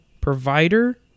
provider